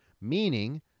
Meaning